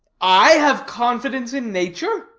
i have confidence in nature?